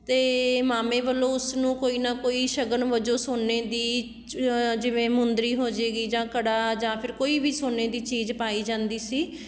ਅਤੇ ਮਾਮੇ ਵੱਲੋਂ ਉਸਨੂੰ ਕੋਈ ਨਾ ਕੋਈ ਸ਼ਗਨ ਵਜੋਂ ਸੋਨੇ ਦੀ ਜ ਜਿਵੇਂ ਮੁੰਦਰੀ ਹੋ ਜਾਵੇਗੀ ਜਾਂ ਕੜਾ ਜਾਂ ਫਿਰ ਕੋਈ ਵੀ ਸੋਨੇ ਦੀ ਚੀਜ਼ ਪਾਈ ਜਾਂਦੀ ਸੀ